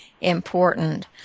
important